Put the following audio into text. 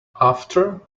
after